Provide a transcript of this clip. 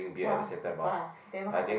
!wah! !wah! then what happened